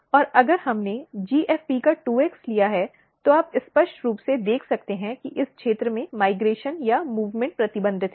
और अगर हमने GFP का 2x लिया है तो आप स्पष्ट रूप से देख सकते हैं कि इस क्षेत्र में माइग्रेशन या मूव़्मॅन्ट प्रतिबंधित है